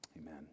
amen